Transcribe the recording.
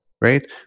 right